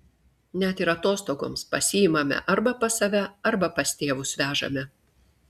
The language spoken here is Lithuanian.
net ir atostogoms pasiimame arba pas save arba pas tėvus vežame